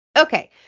Okay